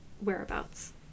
Whereabouts